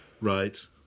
Right